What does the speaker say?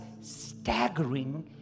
staggering